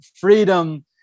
freedom